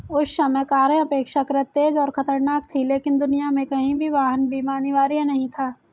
उस समय कारें अपेक्षाकृत तेज और खतरनाक थीं, लेकिन दुनिया में कहीं भी वाहन बीमा अनिवार्य नहीं था